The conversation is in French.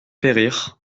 périr